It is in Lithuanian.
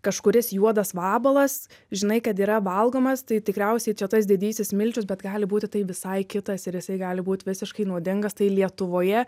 kažkuris juodas vabalas žinai kad yra valgomas tai tikriausiai čia tas didysis milčius bet gali būti tai visai kitas ir jisai gali būt visiškai nuodingas tai lietuvoje